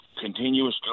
continuous